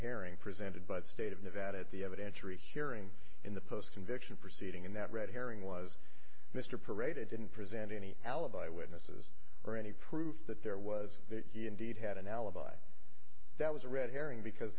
herring presented by the state of nevada at the evidentiary hearing in the post conviction proceeding in that red herring was mr paraded didn't present any alibi witnesses or any proof that there was he indeed had an alibi that was a red herring because